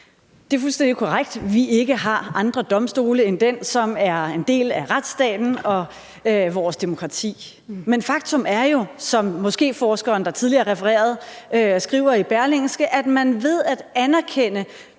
Det er fuldstændig korrekt, at vi ikke har andre domstole end den, som er en del af retsstaten og vores demokrati. Men faktum er jo, som moskéforskeren, der tidligere blev refereret til, skriver i Berlingske, at man ved at anerkende